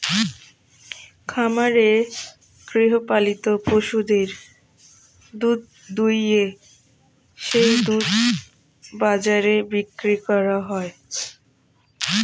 খামারে গৃহপালিত পশুদের দুধ দুইয়ে সেই দুধ বাজারে বিক্রি করা হয়